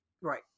Right